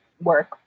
work